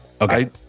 Okay